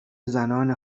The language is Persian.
زنان